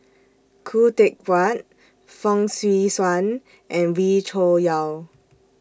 Khoo Teck Puat Fong Swee Suan and Wee Cho Yaw